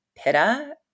Pitta